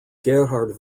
gerhard